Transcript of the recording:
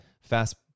fast